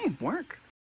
work